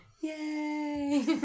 yay